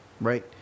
right